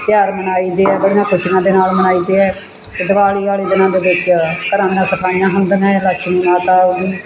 ਤਿਉਹਾਰ ਮਨਾਈ ਦੇ ਹੈ ਬੜੀਆਂ ਖੁਸ਼ੀਆਂ ਦੇ ਨਾਲ ਮਨਾਈ ਦੇ ਹੈ ਅਤੇ ਦੀਵਾਲੀ ਆਲੇ ਦਿਨਾਂ ਦੇ ਵਿੱਚ ਘਰਾਂ ਦੀਆਂ ਸਫਾਈਆਂ ਹੁੰਦੀਆਂ ਲੱਛਮੀ ਮਾਤਾ ਆਵੇਗੀ